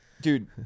dude